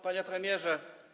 Panie Premierze!